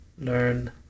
learn